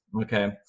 Okay